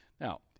Now